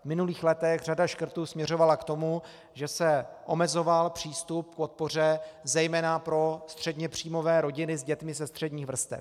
V minulých letech řada škrtů směřovala k tomu, že se omezoval přístup k podpoře zejména pro středněpříjmové rodiny s dětmi ze středních vrstev.